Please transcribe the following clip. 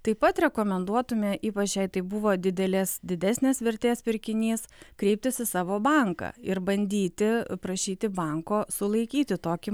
taip pat rekomenduotume ypač jei tai buvo didelės didesnės vertės pirkinys kreiptis į savo banką ir bandyti prašyti banko sulaikyti tokį